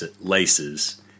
laces